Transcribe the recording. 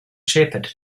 shepherd